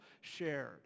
shared